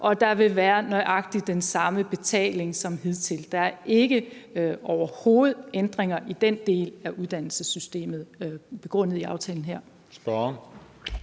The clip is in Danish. og der vil være nøjagtig den samme betaling som hidtil. Der er overhovedet ikke ændringer i den del af uddannelsessystemet begrundet i aftalen her.